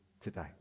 today